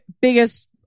biggest